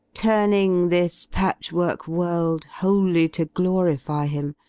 turning this patchwork world wholly to glorify him,